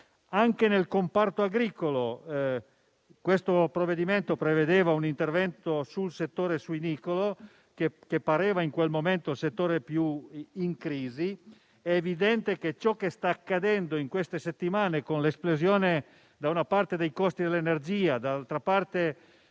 il comparto agricolo, il provvedimento prevedeva un intervento sul settore suinicolo, che pareva essere in quel momento il settore più in crisi. È evidente che ciò che sta accadendo in queste settimane con l'esplosione, da una parte, dei costi dell'energia e, d'altra, di tutti